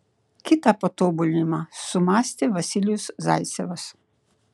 kitą patobulinimą sumąstė vasilijus zaicevas